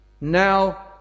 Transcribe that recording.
Now